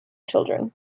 children